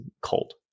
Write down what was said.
cold